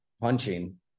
punching